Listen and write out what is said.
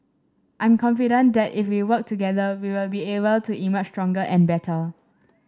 I'm confident that that if we work together we will be able to emerge stronger and better